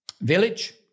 village